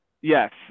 Yes